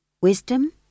Wisdom